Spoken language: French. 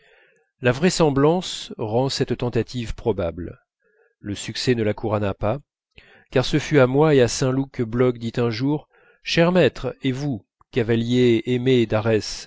la vraisemblance rend cette tentative probable le succès ne la couronna pas car ce fut à moi et à saint loup que bloch dit un jour cher maître et vous cavalier aimé d'arès